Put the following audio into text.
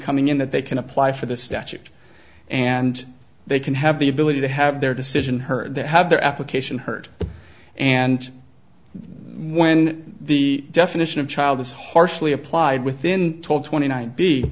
coming in that they can apply for the statute and they can have the ability to have their decision heard have their application heard and when the definition of child is harshly applied within twelve twenty nine